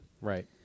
Right